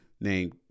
named